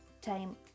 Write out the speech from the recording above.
time